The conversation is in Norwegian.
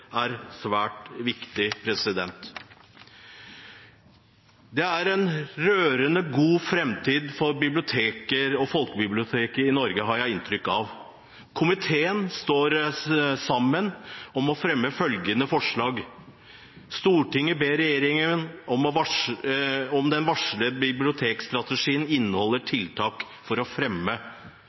er svært viktig. Jeg har inntrykk av at det er en rørende god framtid for biblioteker og folkebibliotekene i Norge. Komiteen står sammen om å fremme følgende forslag: «Stortinget ber regjeringen om at den varslede bibliotekstrategien inneholder tiltak for å fremme